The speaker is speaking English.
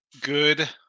Good